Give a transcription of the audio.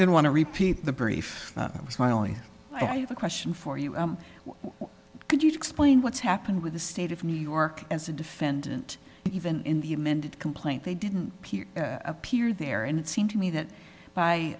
don't want to repeat the brief that was my only i have a question for you could you explain what's happened with the state of new york as a defendant even in the amended complaint they didn't appear there and it seemed to me that by